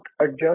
adjust